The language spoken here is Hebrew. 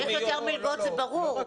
צריך יותר מלגות זה ברור.